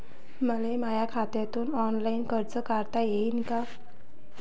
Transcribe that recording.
मले माया खात्यातून ऑनलाईन कर्ज काढता येईन का?